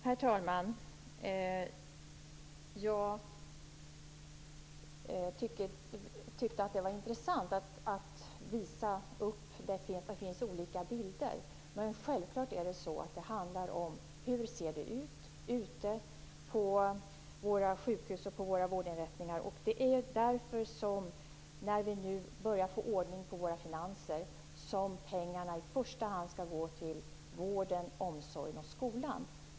Herr talman! Jag tyckte att det var intressant att redovisa att det finns olika bilder, men självklart handlar det om hur det ser ut ute på våra sjukhus och vårdinrättningar. Det är därför som vi nu när vi börjar får ordning på våra finanser skall använda pengarna i första hand till vården, omsorgen och skolan.